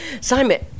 Simon